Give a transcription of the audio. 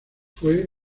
fue